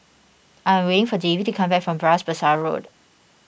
I am waiting for Davie to come back from Bras Basah Road